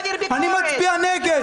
--- להעביר ביקורת -- אני מצביע נגד.